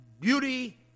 beauty